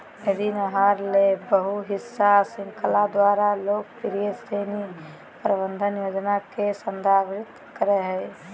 ऋण आहार ले बहु हिस्सा श्रृंखला द्वारा लोकप्रिय ऋण प्रबंधन योजना के संदर्भित करय हइ